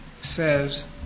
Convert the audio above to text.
says